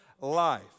life